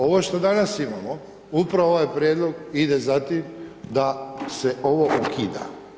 Ovo što danas imamo upravo ovaj prijedlog ide za tim da se ovo ukida.